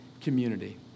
community